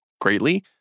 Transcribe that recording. greatly